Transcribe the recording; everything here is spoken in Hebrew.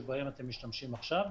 שבהם אתם משתמשים עכשיו.